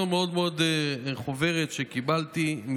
בחוברת שקיבלתי,